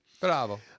Bravo